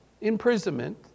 imprisonment